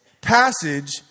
passage